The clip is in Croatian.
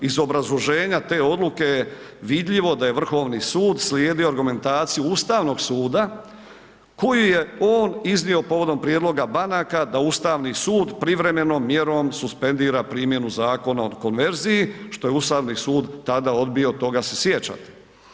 Iz obrazloženja te odluke vidljivo da je Vrhovni sud slijedio argumentaciju Ustavnog suda koji je on iznio povodom prijedloga banaka da Ustavni sud privremenom mjerom suspendira primjenu Zakona o konverziji, što je Ustavni sud tada odbio, toga se sjećate.